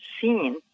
seen